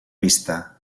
pista